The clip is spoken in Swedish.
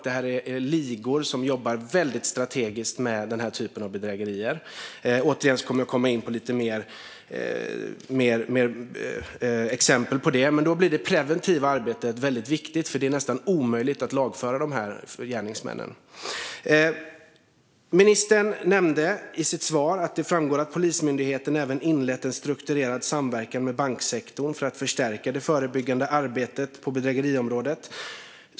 Det är ligor som jobbar strategiskt med denna typ av bedrägerier, och återigen kommer jag att komma in på lite fler exempel på detta. Där blir det preventiva arbetet viktigt, för det är nästan omöjligt att lagföra dessa gärningsmän. Ministern nämnde i sitt svar att Polismyndigheten har inlett en strukturerad samverkan med banksektorn för att förstärka det förebyggande arbetet på bedrägeriområdet.